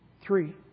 three